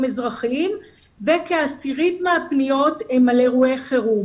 אזרחיים וכעשירית מהפניות הן על אירועי חירום.